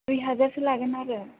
दुइ हाजारसो लागोन आरो